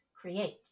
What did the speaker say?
create